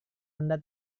anda